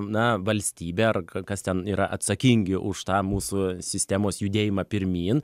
na valstybė ar kas ten yra atsakingi už tą mūsų sistemos judėjimą pirmyn